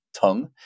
tongue